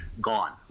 gone